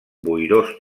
boirós